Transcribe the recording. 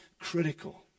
critical